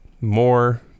more